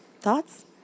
Thoughts